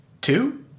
two